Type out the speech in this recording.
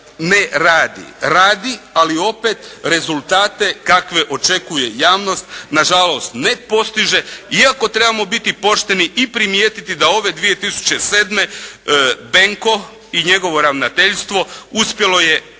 ne radi. Radi, ali opet rezultate kakve očekuje javnost na žalost ne postiže iako trebamo biti pošteni i primijetiti da ove 2007. Benko i njegovo ravnateljstvo uspjelo je